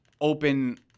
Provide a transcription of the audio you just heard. open